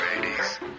Ladies